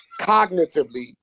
cognitively